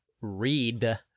read